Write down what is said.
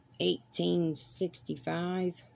1865